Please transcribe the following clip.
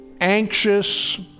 anxious